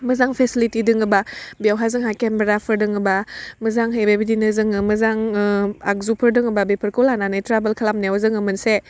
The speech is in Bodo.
मोजां फेसिलिटि दोङोबा बेवहा जोंहा केमराफोर दोङोबा मोजांहै बेबायदिनो जोङो मोजां ओह आगजुफोर दोङोबा बेफोरखौ लानानै ट्राभोल खालामनायाव जोङो मोनसे